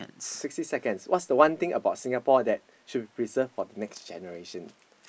sixty seconds what's the one thing about Singapore that should preserve for the next generation